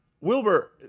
Wilbur